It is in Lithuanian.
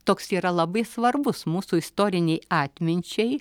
toks yra labai svarbus mūsų istorinei atminčiai